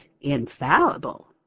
infallible